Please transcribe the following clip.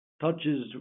touches